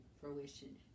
fruition